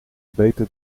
beter